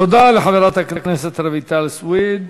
תודה לחברת הכנסת רויטל סויד.